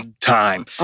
time